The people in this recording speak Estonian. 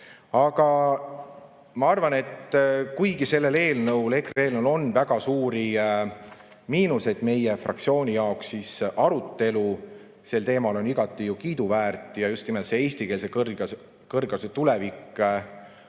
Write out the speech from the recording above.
Ma arvan, et kuigi sellel EKRE eelnõul on väga suuri miinuseid meie fraktsiooni jaoks, siis arutelu sel teemal on igati kiiduväärt ja just nimelt eestikeelse kõrghariduse tulevik on